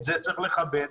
את זה צריך לכבד.